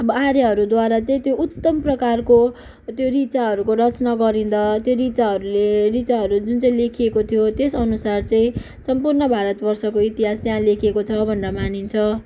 अब आर्यहरूद्वारा चाहिँ त्यो उत्तम प्रकारको त्यो ऋचाहरूको रचना गरिँदा त्यो ऋचाहरूले ऋचाहरू जुन चाहिँ लेखिएको थियो त्यस अनुसार चाहिँ सम्पूर्ण भारत वर्षको इतिहास त्यहाँ लेखिएको छ भनेर मानिन्छ